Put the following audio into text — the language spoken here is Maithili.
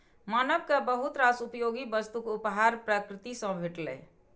मानव कें बहुत रास उपयोगी वस्तुक उपहार प्रकृति सं भेटलैए